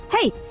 Hey